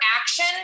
action